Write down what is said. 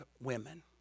women